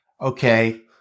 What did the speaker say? okay